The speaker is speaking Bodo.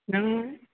नों